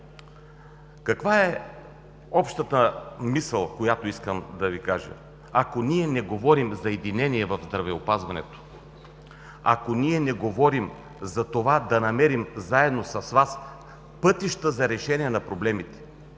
Каква е общата мисъл, която искам да Ви кажа? Ако ние не говорим за единение в здравеопазването, ако ние не говорим за това да намерим заедно с Вас пътища за решение на проблемите,